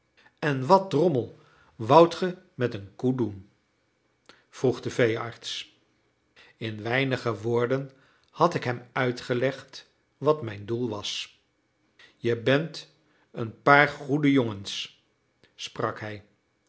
en wat drommel woudt ge met een koe doen vroeg de veearts in weinige woorden had ik hem uitgelegd wat mijn doel was je bent een paar goede jongens sprak hij